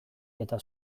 eta